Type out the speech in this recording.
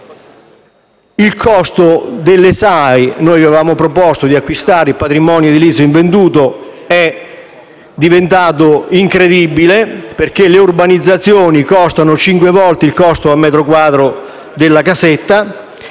Il costo delle SAE (noi avevamo proposto di acquistare il patrimonio edilizio invenduto) è diventato incredibile, perché le urbanizzazioni costano cinque volte il prezzo al metro quadro della casetta.